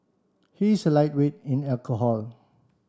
he is a lightweight in alcohol